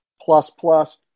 plus-plus